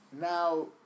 Now